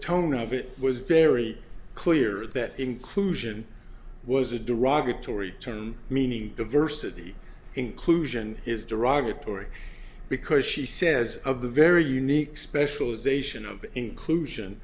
tone of it was very clear that inclusion was a derogatory term meaning diversity inclusion is derogatory because she says of the very unique specialization of inclusion